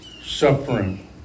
suffering